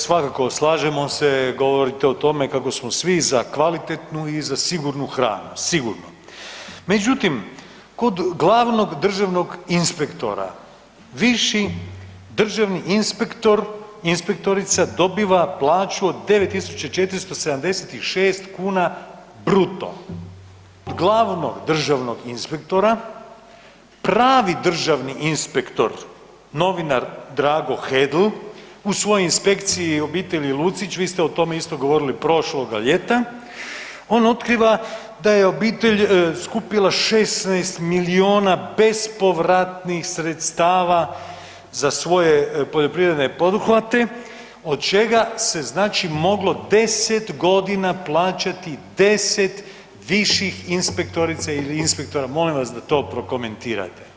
Svakako slažemo se, govorite o tome kako smo svi za kvalitetnu i za sigurnu hranu sigurno, međutim kod glavnog državnog inspektora viši državni inspektor, inspektorica dobiva plaću od 9.476 kuna bruto i za razliku od glavnog državnog inspektora pravi državni inspektor, novinar Drago Hedl u svojoj inspekciji obitelji Lucić vi ste o tome isto govorili prošloga ljeta, on otkriva da je obitelj skupila 16 milijuna bespovratnih sredstava za svoje poljoprivredne poduhvate od čega se moglo 10 godina plaćati 10 viših inspektora ili inspektorica, molim vas da to prokomentirate.